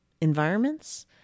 environments